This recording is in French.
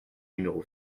numéro